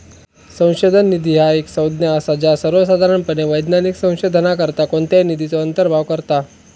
संशोधन निधी ह्या एक संज्ञा असा ज्या सर्वोसाधारणपणे वैज्ञानिक संशोधनाकरता कोणत्याही निधीचो अंतर्भाव करता